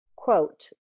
Quote